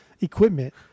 equipment